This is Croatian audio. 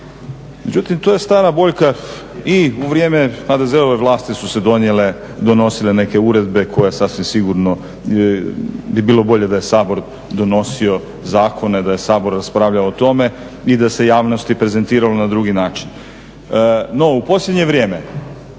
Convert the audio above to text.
Međutim to je stara boljka, i u vrijeme HDZ-ove vlasti su se donosile neke uredbe koje sasvim sigurno bi bilo bolje da je Sabor donosio zakone, da je Sabor raspravljao o tome i da se javnosti prezentiralo na drugi način. No, u posljednje vrijeme